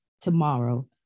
tomorrow